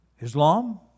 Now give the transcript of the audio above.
Islam